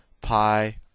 pi